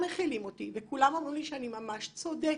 מכילים אותי וכולם אומרים לי שאני ממש צודקת,